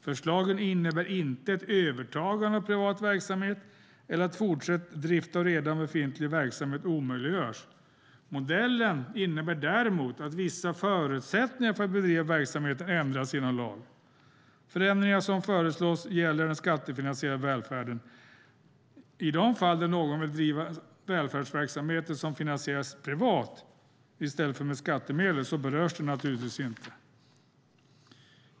Förslagen innebär inte övertaganden av privat verksamhet eller att fortsatt drift av redan befintlig verksamhet omöjliggörs. Modellen innebär däremot att vissa förutsättningar för att bedriva verksamheten ändras genom lag. Förändringarna som föreslås gäller skattefinansierad välfärd. De fall där någon vill starta välfärdsverksamheter som finansieras privat i stället för med skattemedel berörs alltså inte.